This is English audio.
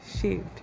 shaved